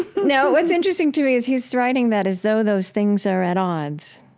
now, what's interesting to me is he's writing that as though those things are at odds,